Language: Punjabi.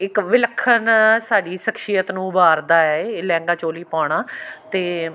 ਇੱਕ ਵਿਲੱਖਣ ਸਾਡੀ ਸ਼ਖਸੀਅਤ ਨੂੰ ਉਭਾਰਦਾ ਏ ਇਹ ਲਹਿੰਗਾ ਚੋਲੀ ਪਾਉਣਾ ਅਤੇ